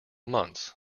months